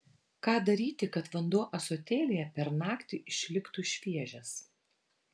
ką daryti kad vanduo ąsotėlyje per naktį išliktų šviežias